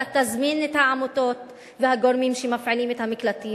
אתה תזמין את העמותות והגורמים שמפעילים את המקלטים,